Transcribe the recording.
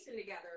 together